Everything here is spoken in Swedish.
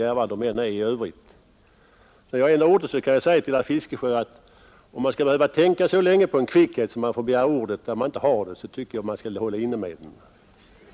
Till herr Fiskesjö vill jag säga att skall man behöva tänka så länge på en kvickhet att man begär replik när man inte har rätt att göra det, tycker jag att man skall hålla inne med kvickheten.